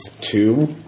two